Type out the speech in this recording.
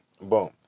boom